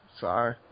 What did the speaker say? Sorry